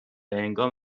هنگام